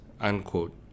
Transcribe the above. Unquote